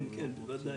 כן, ודאי.